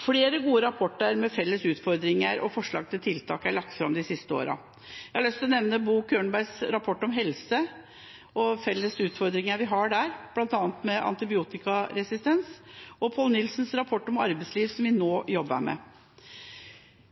Flere gode rapporter om felles utfordringer og forslag til tiltak er lagt fram de siste årene. Jeg har lyst til å nevne Bo Könbergs rapport om helse og om felles utfordringer vi har, bl.a. med antibiotikaresistens, og Poul Nielsons rapport om arbeidsliv, som vi nå jobber med.